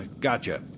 gotcha